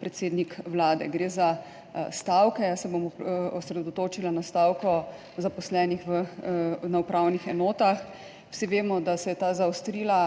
predsednik Vlade. Gre za stavke. Jaz se bom osredotočila na stavko zaposlenih na upravnih enotah. Vsi vemo, da se je ta zaostrila,